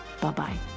Bye-bye